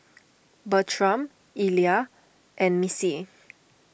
Bertram Illa and Missie